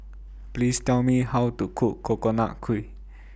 Please Tell Me How to Cook Coconut Kuih